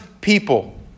people